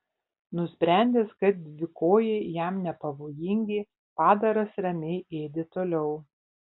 nusprendęs kad dvikojai jam nepavojingi padaras ramiai ėdė toliau